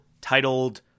titled